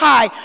High